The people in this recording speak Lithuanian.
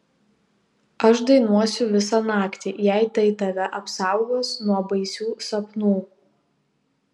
aš dainuosiu visą naktį jei tai tave apsaugos nuo baisių sapnų